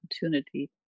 opportunity